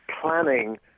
planning